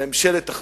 ממשלת אחדות.